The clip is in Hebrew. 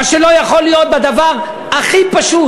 מה שלא יכול להיות בדבר הכי פשוט